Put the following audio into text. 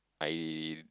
I